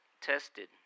tested